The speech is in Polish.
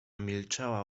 milczała